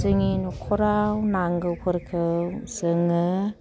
जोंनि नखराव नांगौफोरखौ जोङो